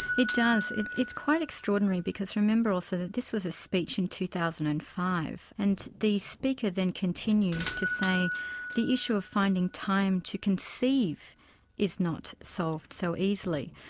it does. it's quite extraordinary because remember also that this was a speech in two thousand and five, and the speaker then continues to say the issue of finding time to conceive is not solved so easily,